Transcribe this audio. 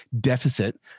deficit